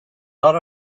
lot